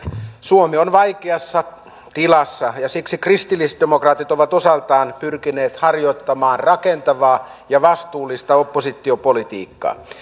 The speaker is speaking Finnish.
suomi on vaikeassa tilassa ja siksi kristillisdemokraatit ovat osaltaan pyrkineet harjoittamaan rakentavaa ja vastuullista oppositiopolitiikkaa